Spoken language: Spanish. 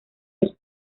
los